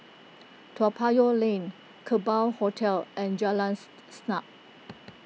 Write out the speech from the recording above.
Toa Payoh Lane Kerbau Hotel and Jalan Siap